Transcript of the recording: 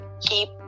Keep